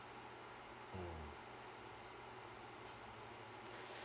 mm